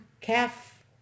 calf